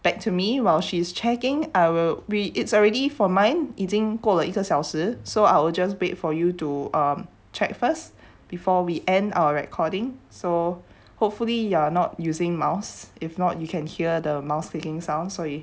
back to me while she's checking I will it's already for mine 已经过了一个小时 so I will just wait for you to um check first before we end our recording so hopefully you're not using mouse if not you can hear the mouse clicking sounds 所以